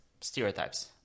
stereotypes